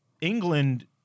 England